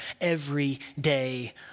everyday